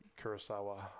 Kurosawa